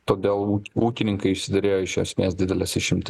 todėl ūkininkai išsiderėjo iš esmės dideles išimtis